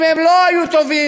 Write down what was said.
אם הם לא היו טובים,